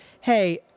Hey